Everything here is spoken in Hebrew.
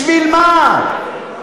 בשביל מה?